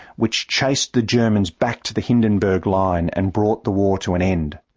which chased the germans back to the hindenburg line and brought the war to an end.